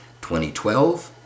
2012